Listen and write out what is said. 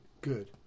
Good